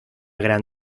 gran